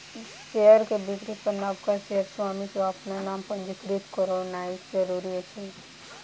share के बिक्री पर नबका शेयर स्वामी के अपन नाम पंजीकृत करौनाइ जरूरी अछि